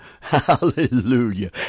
hallelujah